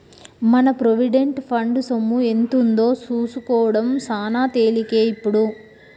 మన provident fund సొమ్ము ఎంతుందో సూసుకోడం సాన తేలికే ఇప్పుడు